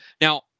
Now